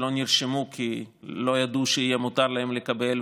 שלא נרשמו כי לא ידעו שיהיה מותר להם לקבל,